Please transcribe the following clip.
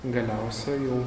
galiausiai jau